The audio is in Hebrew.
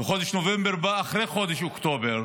וחודש נובמבר בא אחרי חודש אוקטובר,